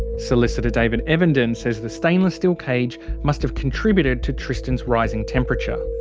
solicitor, david evenden, says the stainless steel cage must have contributed to tristan's rising temperature.